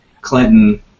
Clinton